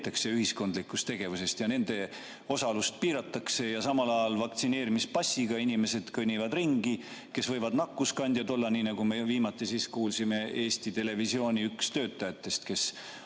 ühiskondlikust tegevusest ja nende osalust piiratakse. Samal ajal vaktsineerimispassiga inimesed kõnnivad ringi, kuigi nad võivad nakkuskandjad olla – nii nagu me viimati kuulsime, Eesti Televisiooni üks töötajatest, kes